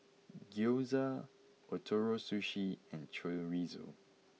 Gyoza Ootoro Sushi and Chorizo